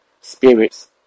Spirits